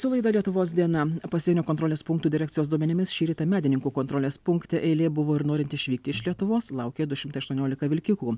su laida lietuvos diena pasienio kontrolės punktų direkcijos duomenimis šį rytą medininkų kontrolės punkte eilė buvo ir norint išvykti iš lietuvos laukė du šimtai aštuoniolika vilkikų